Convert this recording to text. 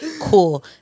Cool